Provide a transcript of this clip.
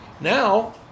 Now